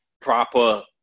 proper